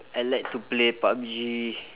I like to play pub G